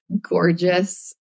gorgeous